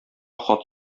хат